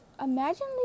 imagine